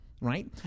right